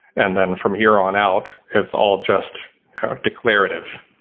and then from here on out, it's all just declarative.